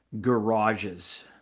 garages